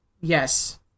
Yes